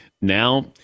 Now